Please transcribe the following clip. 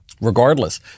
regardless